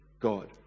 God